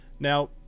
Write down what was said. Now